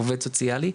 עובד סוציאלי,